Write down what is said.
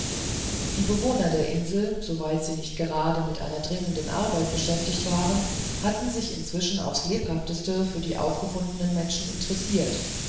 die bewohner der insel soweit sie nicht gerade mit einer dringenden arbeit beschäftigt waren hatten sich inzwischen aufs lebhafteste für die aufgefundenen menschen interessiert